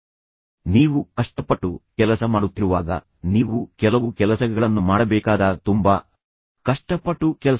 ಈಗ ನೀವು ಕಷ್ಟಪಟ್ಟು ಕೆಲಸ ಮಾಡುತ್ತಿರುವಾಗ ನೀವು ಕೆಲವು ಕೆಲಸಗಳನ್ನು ಮಾಡಬೇಕಾದಾಗ ತುಂಬಾ ಕಷ್ಟಪಟ್ಟು ಕೆಲಸ ಮಾಡಿ